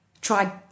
tried